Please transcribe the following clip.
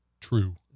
True